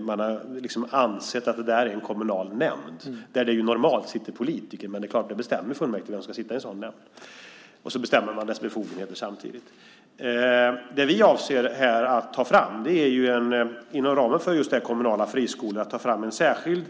Man har liksom ansett att det är en kommunal nämnd där det normalt sitter politiker. Men det är klart att det är fullmäktige som bestämmer vem som ska sitta i en sådan nämnd. Och så bestämmer man dess befogenheter samtidigt. Det vi avser är att, inom ramen för just det här med kommunala friskolor, ta fram en särskild